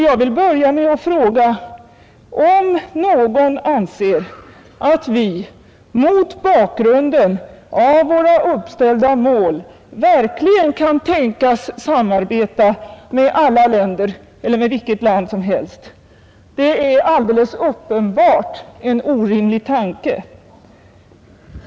Jag vill börja med att fråga om någon anser att vi mot bakgrunden av våra uppställda mål kan tänkas samarbeta med alla länder eller med vilka länder som helst. Det är alldeles uppenbart en orimlig tanke.